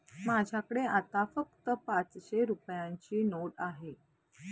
माझ्याकडे आता फक्त पाचशे रुपयांची नोट आहे